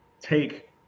take